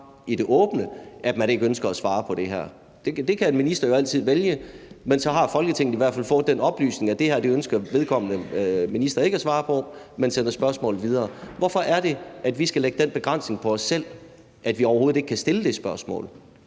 i det åbne, at man ikke ønsker at svare på det her. Det kan en minister jo altid vælge, men så har Folketinget i hvert fald fået den oplysning, at det her ønsker pågældende minister ikke at svare på, men sender spørgsmålet videre. Hvorfor skal vi lægge den begrænsning på os selv, at vi overhovedet ikke kan stille det spørgsmål?